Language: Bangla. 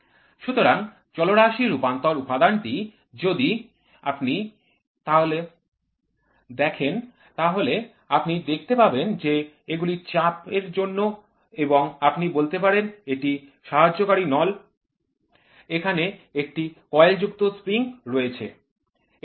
সুতরাং চলরাশি রূপান্তর উপাদানটি যদি আপনি দেখেন তাহলে আপনি দেখতে পাবেন যে এগুলি চাপের জন্য এবং আপনি বলতে পারেন যে এটি সাহায্যকারী নল এখানে একটি কয়েলযুক্ত স্প্রিং রয়েছে